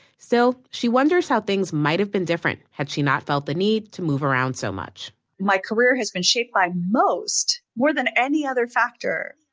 still, she wonders how things might have been different had she not felt the need to move around so much my career has been shaped by most, more than any other factor,